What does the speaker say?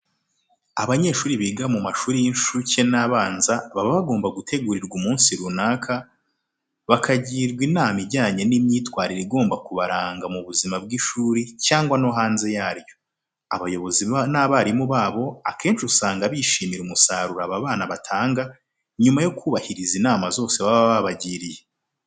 Abanyeshuri biga mu mashuri y'incuke n'abanza baba bagomba gutegurirwa umunsi runaka bakagirwa inama ijyanye n'imyitwarire igomba kubaranga mu buzima bw'ishuri cyangwa no hanze yaryo. Abayobozi n'abarimu babo akenshi usanga bishimira umusaruro aba bana batanga nyuma yo kubahiriza inama zose baba babagiriye.